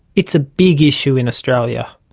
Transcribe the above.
it's a big issue in australia.